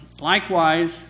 likewise